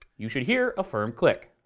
you should hear a firm click.